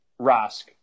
Rask